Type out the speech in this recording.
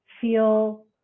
feel